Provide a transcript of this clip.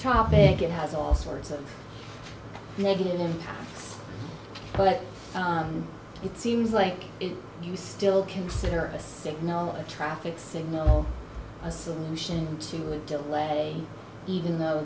topic it has all sorts of negative but it seems like you still consider a signal a traffic signal a solution to a delay even though